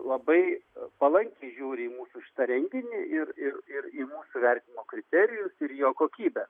labai palankiai žiūri į mūsų šitą renginį ir ir ir į mūsų vertinimo kriterijus ir jo kokybę